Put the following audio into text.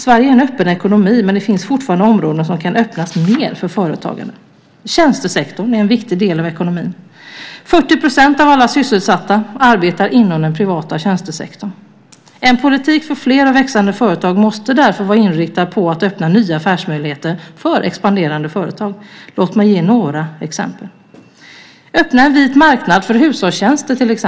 Sverige är en öppen ekonomi, men det finns fortfarande områden som kan öppnas mer för företagande. Tjänstesektorn är en viktig del av ekonomin. 40 % av alla sysselsatta arbetar inom den privata tjänstesektorn. En politik för fler och växande företag måste därför vara inriktad på att öppna nya affärsmöjligheter för expanderande företag. Låt mig ge några exempel. Öppna en vit marknad för hushållstjänster!